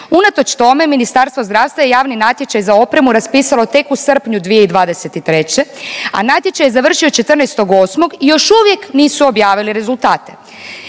Unatoč tome Ministarstvo zdravstva je javni natječaj za opremu raspisalo tek u srpnju 2023., a natječaj je završio 14.8. i još uvijek nisu objavili rezultate.